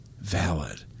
valid